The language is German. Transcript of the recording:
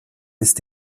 ist